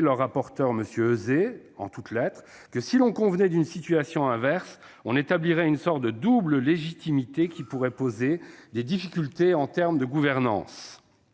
Le rapporteur M. Euzet a fait valoir que « si l'on convenait d'une situation inverse, on établirait une sorte de double légitimité qui pourrait poser des difficultés en termes de gouvernance